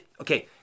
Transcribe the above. Okay